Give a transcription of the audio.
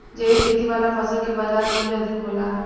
जैविक खेती वाला फसल के बाजार मूल्य अधिक होला